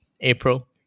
April